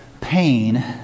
pain